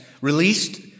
released